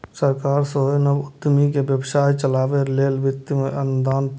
सरकार सेहो नव उद्यमी कें व्यवसाय चलाबै लेल वित्तीय अनुदान दै छै